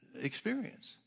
experience